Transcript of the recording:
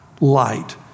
light